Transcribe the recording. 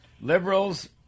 Liberals